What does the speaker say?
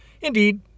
Indeed